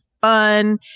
fun